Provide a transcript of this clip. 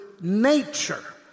nature